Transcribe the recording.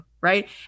right